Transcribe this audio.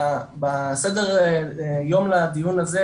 בסדר יום לדיון הזה,